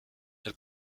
elle